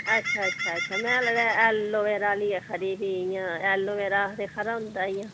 अच्छा अच्छा अच्छा में ऐलोवेरा आह्ली खरी ही इ'यां ऐलोवेरा आखदे खरा होंदा ई